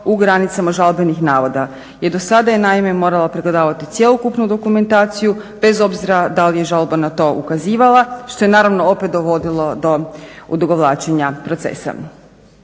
u granicama žalbenih navoda. Jer dosada je naime morala pregledavati cjelokupnu dokumentaciju bez obzira da li je žalba na to ukazivala što je naravno opet dovodilo do odugovlačenja procesa.